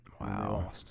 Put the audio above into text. Wow